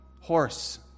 horse